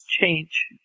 change